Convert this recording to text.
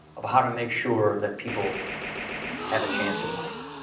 about how to make sure that people have a chance in life.